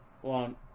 one